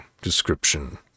description